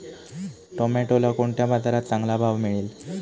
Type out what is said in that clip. टोमॅटोला कोणत्या बाजारात चांगला भाव मिळेल?